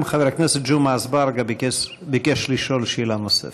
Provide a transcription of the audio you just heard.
גם חבר הכנסת ג'מעה אזברגה ביקש לשאול שאלה נוספת.